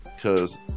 Cause